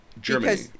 Germany